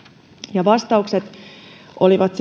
ja vastaukset olivat